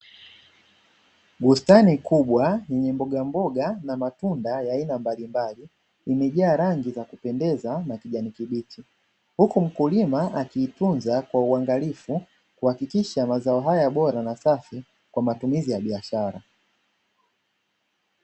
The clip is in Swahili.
Bustani kubwa yenye mbogamboga na matunda ya aina mbalimbali imejaa rangi za kupendeza na kijani kibichi, huku mkulima akiitunza kwa uangalifu kuhakikisha mazao haya bora na safi kwa matumizi ya biashara.